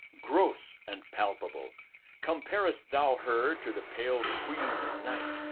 gross and palpable comparest thou her to the pale queen of night,